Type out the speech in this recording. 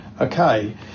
Okay